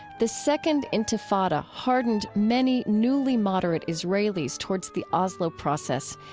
the second intifada hardened many newly moderate israelis towards the oslo process,